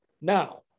Now